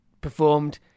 performed